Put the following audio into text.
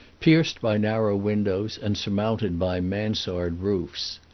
pierced by narrow windows, and surmounted by mansard-roofs.